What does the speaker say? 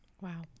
Wow